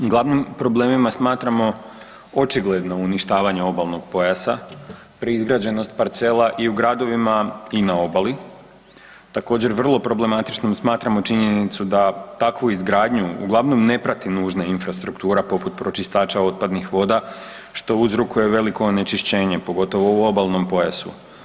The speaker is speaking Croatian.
Uglavnom, problemima smatramo očigledno uništavanje obalnog pojasa pri izgrađenosti parcela i u gradovima i na obali, također vrlo problematično, smatramo činjenicu da takvu izgradnju uglavnom ne prati nužna infrastruktura poput pročistača otpadnih voda, što uzrokuje veliko onečišćenje, pogotovo u obalnom pojasu.